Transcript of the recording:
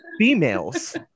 females